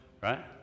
right